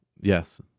yes